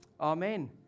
Amen